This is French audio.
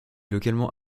localement